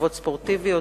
ברכיבות ספורטיביות,